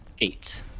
Eight